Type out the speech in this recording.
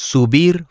Subir